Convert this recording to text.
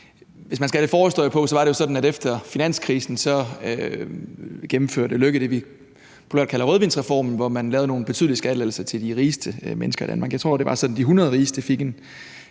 Hvis man skal have lidt forhistorie på, var det jo sådan, at efter finanskrisen gennemførte statsminister Lars Løkke Rasmussen det, vi kalder rødvinsreformen, hvor man lavede nogle betydelige skattelettelser til de rigeste mennesker i Danmark. Jeg tror, det var sådan, at de 100 rigeste fik en